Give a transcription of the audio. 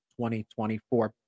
2024